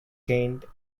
kent